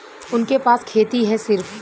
उनके पास खेती हैं सिर्फ